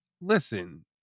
listen